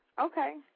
Okay